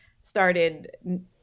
started